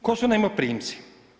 Tko su najmoprimci?